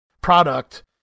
product